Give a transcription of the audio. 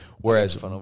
Whereas